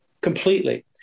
completely